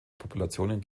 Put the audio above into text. populationen